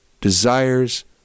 desires